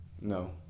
No